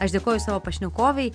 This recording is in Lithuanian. aš dėkoju savo pašnekovei